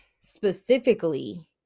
specifically